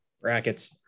brackets